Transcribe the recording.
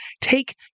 take